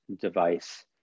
device